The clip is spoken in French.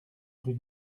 rue